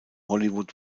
hollywood